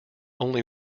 only